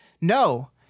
No